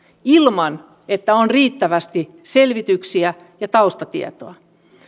ilman että on riittävästi selvityksiä ja taustatietoa